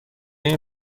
این